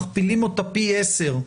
מכפילים אותה פי עשר.